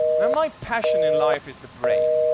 now, my passion in life is the brain,